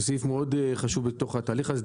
זה סעיף מאוד חשוב בתוך התהליך הזה.